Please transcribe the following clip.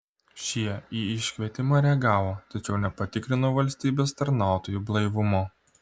šie į iškvietimą reagavo tačiau nepatikrino valstybės tarnautojų blaivumo